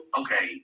okay